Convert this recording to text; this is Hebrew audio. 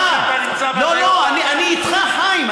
אין לזה יתרון שאתה נמצא, לא, לא, אני איתך, חיים.